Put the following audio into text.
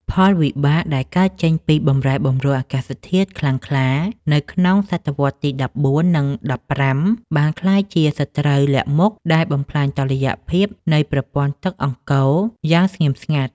ផលវិបាកដែលកើតចេញពីបម្រែបម្រួលអាកាសធាតុខ្លាំងក្លានៅក្នុងសតវត្សទី ១៤ និង ១៥ បានក្លាយជាសត្រូវលាក់មុខដែលបំផ្លាញតុល្យភាពនៃប្រព័ន្ធទឹកអង្គរយ៉ាងស្ងៀមស្ងាត់។